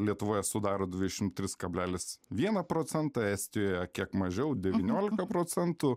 lietuvoje sudaro dvidešimt tris kablelis vieną procentą estijoje kiek mažiau devyniolika procentų